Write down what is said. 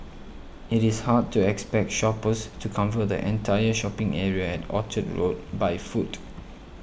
it is hard to expect shoppers to cover the entire shopping area at Orchard Road by foot